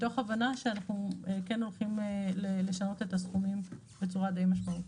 וזאת מתוך הבנה שאנחנו כן הולכים לשנות את הסכומים בצורה די משמעותית.